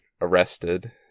arrested